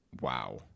Wow